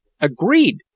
Agreed